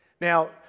Now